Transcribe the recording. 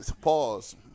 Pause